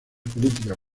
políticas